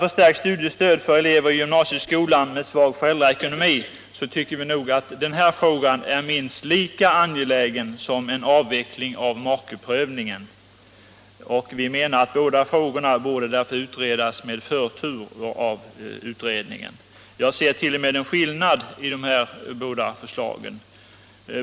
Förstärkt studiestöd till elever i gymnasieskolan med svag föräldraekonomi tycker vi nog är minst lika angeläget som en avveckling av makeprövningen. Vi menar därför att båda frågorna borde utredas med förtur av utredningen. Jag ser t.o.m. en skillnad i de båda förslagen.